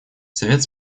совет